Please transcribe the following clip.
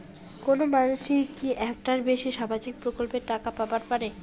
কোনো মানসি কি একটার বেশি সামাজিক প্রকল্পের টাকা পাবার পারে?